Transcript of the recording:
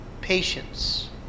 patience